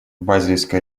базельской